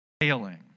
failing